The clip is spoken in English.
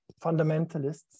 fundamentalists